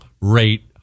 rate